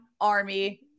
army